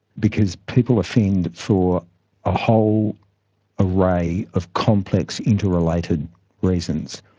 because people offend for a whole array of complex interrelated reasons.